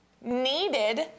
needed